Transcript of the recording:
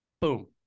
boom